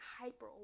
hyper